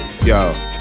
yo